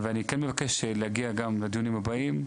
ואני כן מבקש להגיע גם לדיונים הבאים,